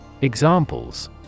Examples